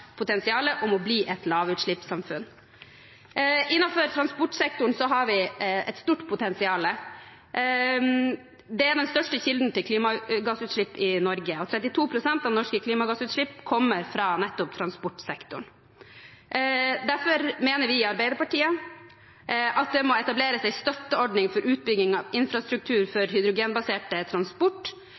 potensialet om å bli et lavutslippssamfunn. Innenfor transportsektoren har vi et stort potensial. Det er en av de største kildene til klimagassutslipp i Norge, og 32 pst. av de norske klimagassutslippene kommer fra nettopp transportsektoren. Derfor mener vi i Arbeiderpartiet at det må etableres en støtteordning for utbygging av infrastruktur for hydrogenbasert transport.